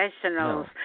professionals